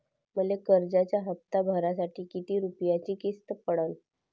मले कर्जाचा हप्ता भरासाठी किती रूपयाची किस्त पडन?